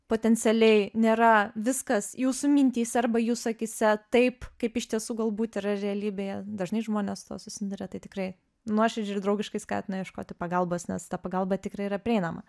potencialiai nėra viskas jūsų mintyse arba jūs akyse taip kaip iš tiesų galbūt yra realybėje dažnai žmonės su tuo susiduria tai tikrai nuoširdžiai ir draugiškai skatina ieškoti pagalbos nes ta pagalba tikrai yra prieinama